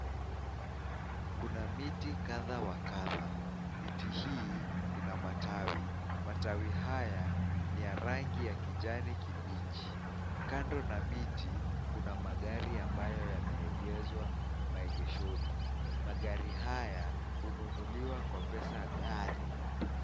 kuna miti kadhaa wa kadhaa miti hii ina matawi matawi haya ni ya rangi ya kijani kibichi kando na miti kuna magari ambayo yamegezwa maegeshoni magari haya hununuliwa kwa pesa gari.